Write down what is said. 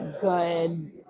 good